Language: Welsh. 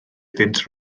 iddynt